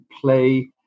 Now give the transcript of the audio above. play